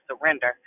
surrender